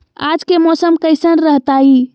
आज के मौसम कैसन रहताई?